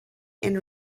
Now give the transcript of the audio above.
and